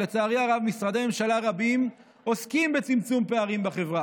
ולצערי הרב משרדי ממשלה רבים עוסקים בצמצום פערים בחברה,